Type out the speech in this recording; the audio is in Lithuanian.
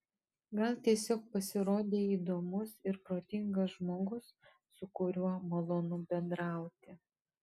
gal tiesiog pasirodei įdomus ir protingas žmogus su kuriuo malonu bendrauti